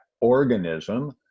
organism